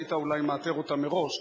היית אולי מאתר אותה מראש,